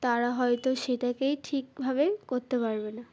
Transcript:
তারা হয়তো সেটাকেই ঠিকভাবে করতে পারবে না